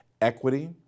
equity